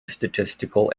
statistical